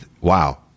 wow